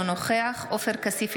אינו נוכח עופר כסיף,